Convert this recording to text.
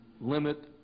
limit